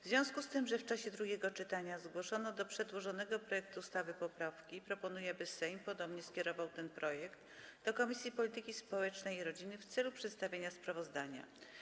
W związku z tym, że w czasie drugiego czytania zgłoszono do przedłożonego projektu ustawy poprawki, proponuję, aby Sejm ponownie skierował ten projekt do Komisji Polityki Społecznej i Rodziny w celu przedstawienia sprawozdania.